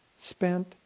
spent